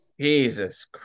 jesus